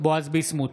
בועז ביסמוט,